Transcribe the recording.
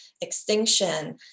extinction